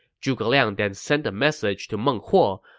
zhuge liang then sent a message to meng huo,